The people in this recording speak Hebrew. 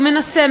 הוא מנסה,